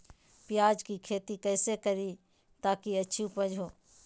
प्याज की खेती कैसे करें ताकि अच्छी उपज हो?